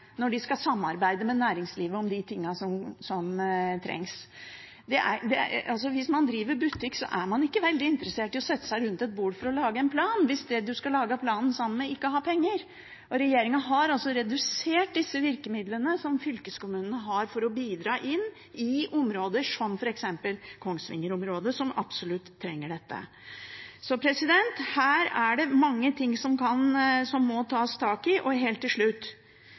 når de skal samarbeide med næringslivet om det som trengs. Hvis man driver butikk, er man ikke veldig interessert i å sette seg rundt et bord for å lage en plan, hvis dem man skal lage planen sammen med, ikke har penger. Regjeringen har redusert disse virkemidlene som fylkeskommunene har for å bidra i områder som f.eks. Kongsvinger-området, som absolutt trenger dette. Så her er det mange ting som må tas tak i. Helt til slutt: